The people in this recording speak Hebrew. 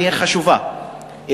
והיא החשובה,